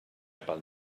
pel